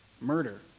murder